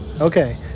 Okay